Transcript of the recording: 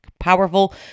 Powerful